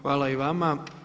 Hvala i vama.